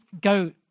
go